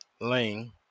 Lane